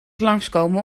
langskomen